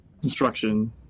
construction